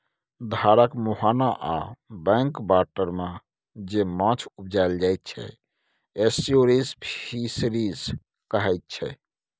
धारक मुहाना आ बैक बाटरमे जे माछ उपजाएल जाइ छै एस्च्युरीज फिशरीज कहाइ छै